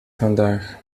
vandaag